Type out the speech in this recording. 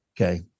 Okay